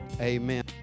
Amen